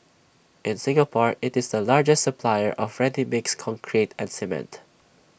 in Singapore it's the largest supplier of ready mixed concrete and cement